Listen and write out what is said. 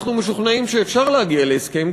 אנחנו משוכנעים שאפשר להגיע להסכם,